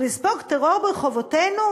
ולספוג טרור ברחובותינו?